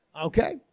Okay